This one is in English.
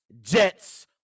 Jets